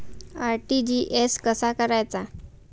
RTGS कसा करायचा?